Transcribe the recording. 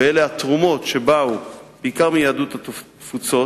ואלה התרומות, שבאו בעיקר מיהדות התפוצות.